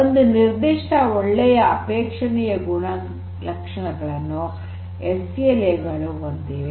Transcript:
ಒಂದಷ್ಟು ನಿರ್ಧಿಷ್ಟ ಒಳ್ಳೆಯ ಅಪೇಕ್ಷಣೀಯ ಗುಣಲಕ್ಷಣಗಳನ್ನು ಎಸ್ಎಲ್ಎ ಗಳು ಹೊಂದಿವೆ